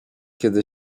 kiedy